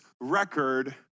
record